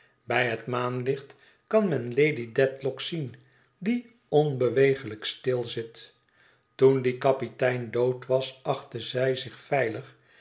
bij het maanlicht kan men lady dedlock zien die onbeweeglijk stil zit toen die kapitein dood was achtte zij zich veilig